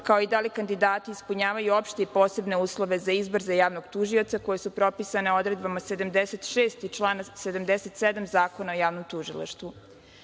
kao i da li kandidati ispunjavaju opšte i posebne uslove za izbor za javnog tužioca koja su propisana odredbama čl. 76. i 77. Zakona o javnom tužilaštvu. Na